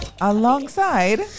alongside